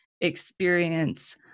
experience